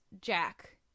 Jack